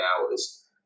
hours